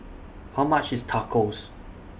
How much IS Tacos